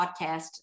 podcast